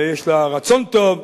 ויש לה רצון טוב,